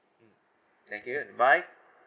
mm thank you bye